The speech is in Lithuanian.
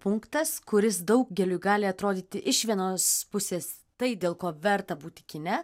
punktas kuris daugeliui gali atrodyti iš vienos pusės tai dėl ko verta būti kine